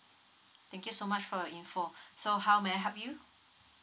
thank you so much for info so how may I help you